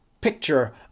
picture